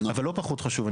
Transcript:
אבל לא פחות חשוב,